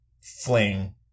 fling